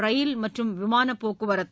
ரயில் மற்றும் விமான போக்குவரத்து